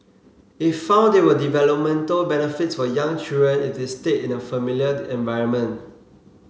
it found there were developmental benefits for young children if they stayed in a familiar environment